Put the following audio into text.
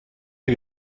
die